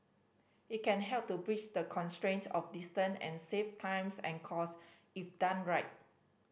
it can help to bridge the constraint of distance and save times and cost if done right